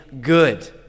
good